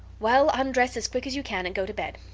well, undress as quick as you can and go to bed.